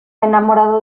enamorado